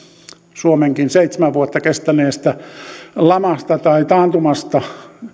suomenkin seitsemän vuotta kestäneestä lamasta tai taantumasta